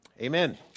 amen